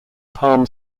palm